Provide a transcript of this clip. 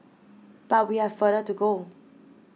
but we have further to go